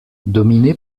dominé